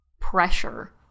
pressure